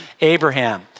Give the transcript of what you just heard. Abraham